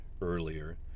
earlier